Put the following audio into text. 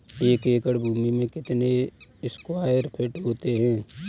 एक एकड़ भूमि में कितने स्क्वायर फिट होते हैं?